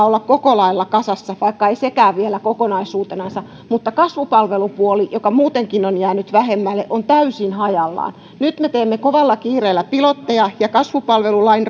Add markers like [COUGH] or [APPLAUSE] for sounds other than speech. [UNINTELLIGIBLE] olla koko lailla kasassa vaikka ei sekään vielä kokonaisuutenansa mutta kasvupalvelupuoli joka muutenkin on jäänyt vähemmälle on täysin hajallaan nyt me teemme kovalla kiireellä pilotteja ja kasvupalvelulain [UNINTELLIGIBLE]